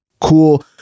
cool